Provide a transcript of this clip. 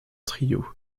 trio